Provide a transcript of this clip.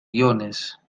guiones